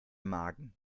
magen